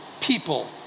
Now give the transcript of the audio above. people